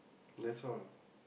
that's all